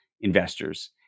investors